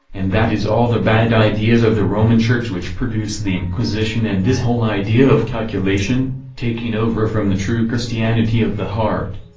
and that is all the bad ideas of the roman church which produced the inquisition and this whole idea of calculation, taking over from the true christianity of the heart.